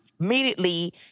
immediately